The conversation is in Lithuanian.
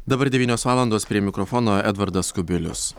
dabar devynios valandos prie mikrofono edvardas kubilius